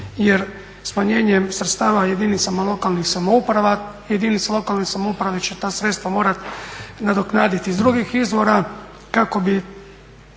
jer smanjenjem sredstava jedinicama lokalnih samouprava, jedinica lokalne samouprave će ta sredstva morati nadoknaditi iz drugih izvora kako bi